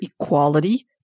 equality